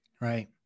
Right